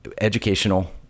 educational